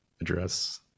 address